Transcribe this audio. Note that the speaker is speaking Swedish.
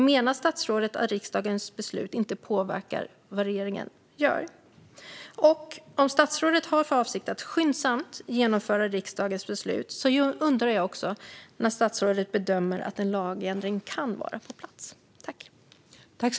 Menar statsrådet att riksdagens beslut inte påverkar vad regeringen gör? Och om statsrådet har för avsikt att skyndsamt genomföra riksdagens beslut undrar jag också när statsrådet bedömer att en lagändring kan vara på plats.